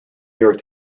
york